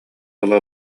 ыла